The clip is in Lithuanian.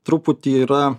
truputį yra